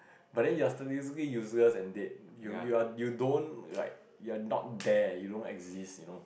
but then you're statistically useless and dead you you are you don't like you're not there you don't exist you know